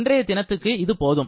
இன்றைய தினத்திற்கு இது போதும்